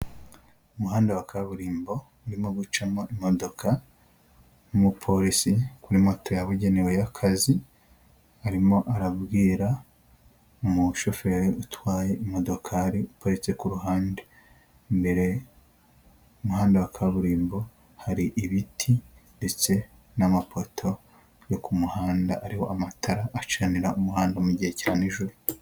Umuhanda wa kaburimbo urimo gucamo imodoka n'umupolisi kuri moto yabugenewe y'akazi, arimo arabwira umushoferi utwaye imodokari, uparitse ku ruhande. Imbere ku muhanda wa kaburimbo, hari ibiti ndetse n'amapoto yo ku muhanda ariho amatara acanira umuhanda mu gihe cya nijoro.